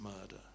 murder